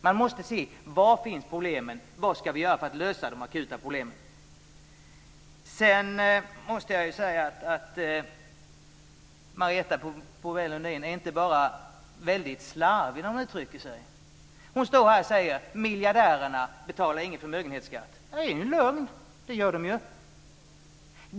Man måste se var problemen finns och vad vi ska göra för att lösa de akuta problemen. Jag måste säga att Marietta de Pourbaix-Lundin inte bara är väldigt slarvig när hon uttrycker sig. Hon står här och säger: Miljardärerna betalar ingen förmögenhetsskatt. Det är en lögn! Det gör de ju!